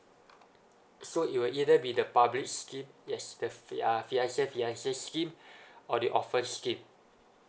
so it will either be the public scheme yes def~ fi~ uh fiancé fiancé scheme or the orphan scheme